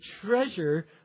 treasure